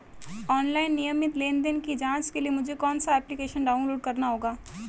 Online नियमित लेनदेन की जांच के लिए मुझे कौनसा एप्लिकेशन डाउनलोड करना होगा?